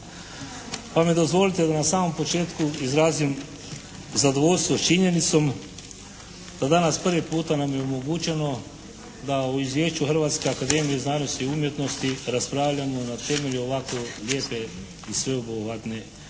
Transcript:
Pa mi dozvolite da na samom početku izrazim zadovoljstvo činjenicom da danas prvi puta nam je omogućeno da u Izvješću Hrvatske akademije znanosti i umjetnosti raspravljamo na temelju ovako lijepe i sveobuhvatne